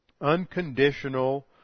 unconditional